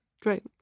Great